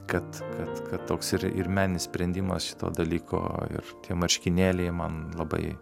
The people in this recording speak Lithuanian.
kad kad toks ir ir meninis sprendimas šito dalyko ir tie marškinėliai man labai